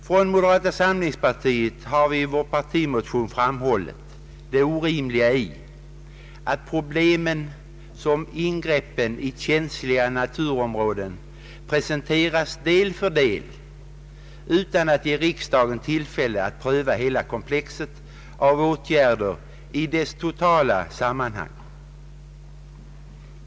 Från moderata samlingspartiet har vi i vår partimotion framhållit det orim liga i att problemen med ingreppen i känsliga naturområden presenteras del för del utan att man ger riksdagen tillfälle att pröva hela komplexet av åtgärder i dess totala sammanhang.